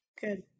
Good